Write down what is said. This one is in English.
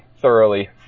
thoroughly